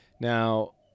Now